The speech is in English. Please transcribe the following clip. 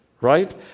right